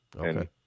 Okay